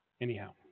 Anyhow